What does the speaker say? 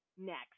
next